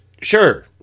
sure